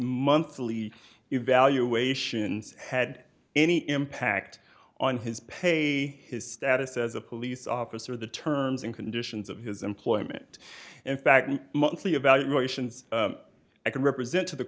monthly evaluation had any impact on his pay his status as a police officer the terms and conditions of his employment in fact monthly evaluations i can represent to the